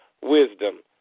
wisdom